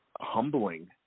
humbling